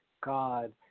God